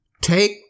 take